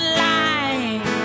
line